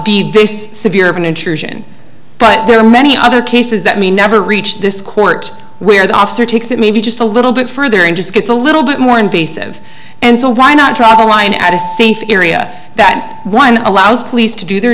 be severe of an intrusion but there are many other cases that may never reached this court where the officer takes it maybe just a little bit further and just gets a little bit more invasive and so why not try the line at a safe area that one allows police to do their